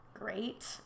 Great